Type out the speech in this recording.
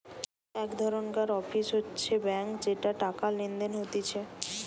এক ধরণকার অফিস হতিছে ব্যাঙ্ক যেটাতে টাকা লেনদেন হতিছে